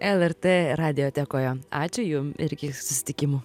lrt radiotekoje ačiū jum ir iki susitikimų